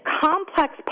complex